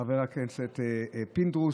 חבר הכנסת פינדרוס,